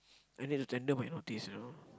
I need to tender my notice you know